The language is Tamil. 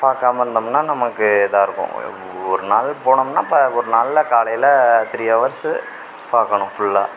பார்க்காம இருந்தோம்னால் நமக்கு இதாக இருக்கும் ஒரு நாள் போனோம்னால் இப்போ ஒரு நாளில் காலையில் த்ரீ ஹவர்ஸு பார்க்கணும் ஃபுல்லாக